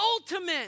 ultimate